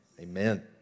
Amen